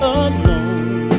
alone